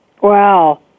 Wow